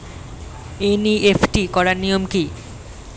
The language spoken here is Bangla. এন.ই.এফ.টি করার নিয়ম কী?